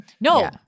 No